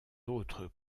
autres